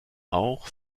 auch